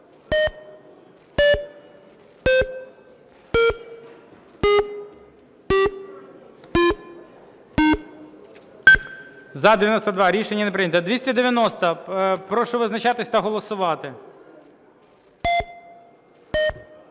За-92 Рішення не прийнято. 290-а. Прошу визначатися та голосувати.